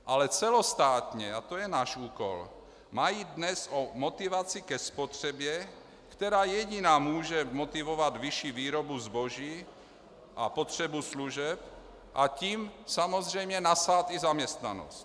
Ale celostátně, a to je náš úkol, má jít dnes o motivaci ke spotřebě, která jediná může motivovat vyšší výrobu zboží a potřebu služeb, a tím samozřejmě nasát i zaměstnanost.